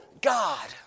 God